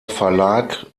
verlag